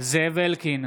זאב אלקין,